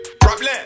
Problem